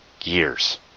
years